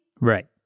Right